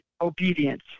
obedience